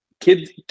Kids